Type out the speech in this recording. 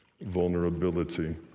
vulnerability